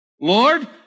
Lord